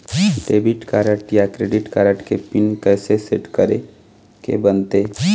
Debit card या credit card के PIN कइसे सेट करे के बनते?